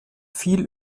viel